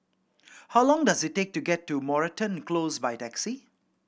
how long does it take to get to Moreton Close by taxi